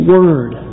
Word